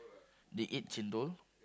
they ate chendol